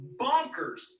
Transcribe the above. bonkers